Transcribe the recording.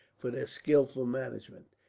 for their skilful management.